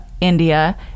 India